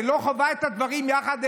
את לא חווה את הדברים יחד,